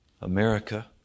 America